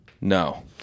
No